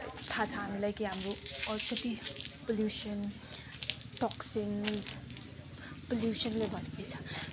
थाह छ हामीलाई कि हाम्रो पोसुसन्स टोक्सिन्स पोलुसनले भर्ती छ